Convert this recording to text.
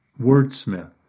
wordsmith